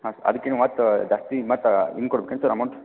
ಹಾಂ ಸ ಅದ್ಕೇನು ಮತ್ತೆ ಜಾಸ್ತಿ ಮತ್ತೆ ಇನ್ನೂ ಕೊಡ್ಬೇಕೇನ್ ಸರ್ ಅಮೌಂಟ್